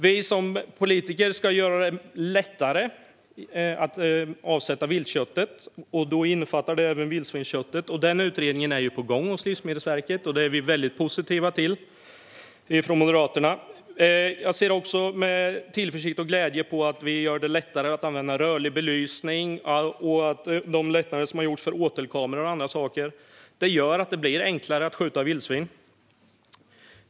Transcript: Vi som politiker ska göra det lättare att avsätta viltköttet, vilket även innefattar vildsvinsköttet. Den utredningen är på gång hos Livsmedelsverket, och det är vi mycket positiva till från Moderaternas sida. Jag ser också med tillförsikt och glädje på att vi gör det lättare att använda rörlig belysning, liksom att lättnader har gjorts för åtelkameror och annat. Det gör att det blir enklare att skjuta vildsvin.